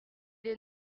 est